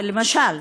למשל,